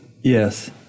Yes